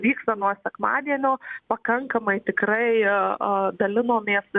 vyksta nuo sekmadienio pakankamai tikrai dalinomės